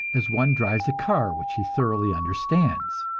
as one drives a car which he thoroughly understands.